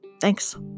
Thanks